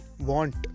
want